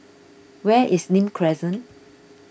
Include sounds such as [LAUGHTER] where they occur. where is Nim [NOISE] Crescent